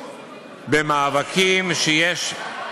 במאבקים, מה זה קשור?